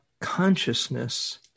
consciousness